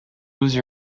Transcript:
was